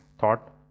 thought